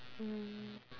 mm